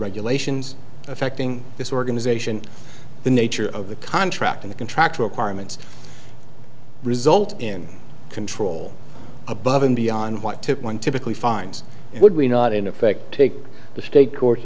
regulations affecting this organization the nature of the contract in the contract requirements result in control above and beyond what tip one typically finds would we not in effect take the state court